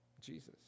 Jesus